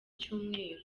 cyumweru